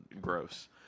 gross